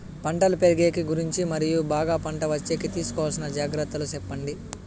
పంటలు పెరిగేకి గురించి మరియు బాగా పంట వచ్చేకి తీసుకోవాల్సిన జాగ్రత్త లు సెప్పండి?